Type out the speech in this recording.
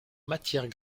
matières